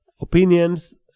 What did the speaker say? opinions